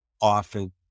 often